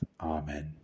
Amen